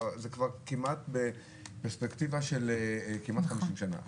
זה כבר כמעט בפרספקטיבה של כמעט 50 שנה,